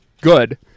Good